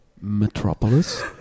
Metropolis